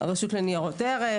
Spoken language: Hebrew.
של הרשות לניירות ערך,